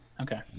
okay